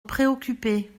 préoccupé